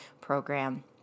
program